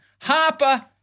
Harper